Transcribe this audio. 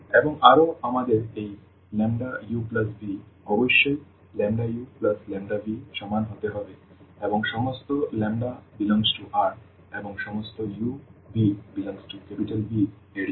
uλμu∀λμ∈Ru∈V এবং আরও আমাদের এই uv অবশ্যই uλv সমান হতে হবে এবং সমস্ত ∈R এবং সমস্ত uv∈Vএর জন্য